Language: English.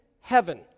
heaven